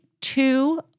two